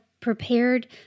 prepared